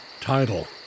Title